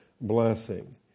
blessing